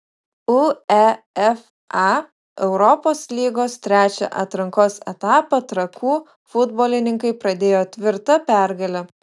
uefa europos lygos trečią atrankos etapą trakų futbolininkai pradėjo tvirta pergale